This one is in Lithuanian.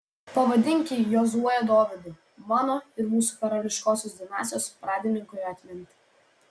pavadink jį jozue dovydu mano ir mūsų karališkosios dinastijos pradininkui atminti